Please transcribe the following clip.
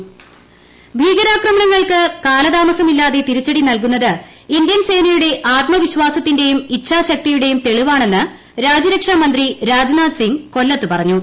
അമൃതാനന്ദമയി ജന്മദിന സമ്മേളനം ഭീകരാക്രമണങ്ങൾക്ക് കാലതാമസമില്ലാതെ തിരിച്ചുടി നൽകുന്നത് ഇന്ത്യൻ സേനയുടെ ആത്മവിശ്വാസത്തിന്റെയും ഇച്ഛാശക്തിയുടെയും തെളിവാണെന്ന് രാജ്യരക്ഷാ മന്ത്രി രാജ്നാഥ് സിങ്ങ് കൊല്ലത്ത് പറഞ്ഞു